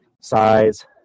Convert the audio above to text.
size